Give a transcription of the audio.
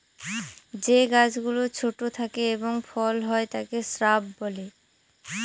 যে গাছ গুলো ছোট থাকে এবং ফল হয় তাকে শ্রাব বলে